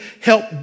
help